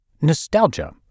Nostalgia